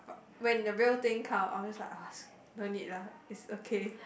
but when the real thing come I'll just like ah no need lah it's okay